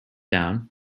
down